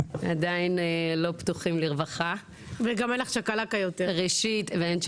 עדיין לא פתוחים לרווחה, ואין צ'קלקה.